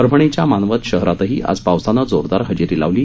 परभणीच्या मानवत शहरातही आज पावसानं जोरदार हजेरी लावली